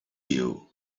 you